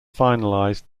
finalized